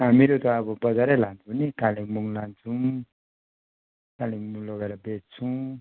हामीहरू त अब बजारै लान्छौँ नि कालिम्पोङ लान्छौँ कालिम्पोङ लगेर बेच्छौँ